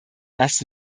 dass